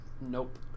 Nope